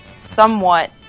somewhat